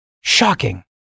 Shocking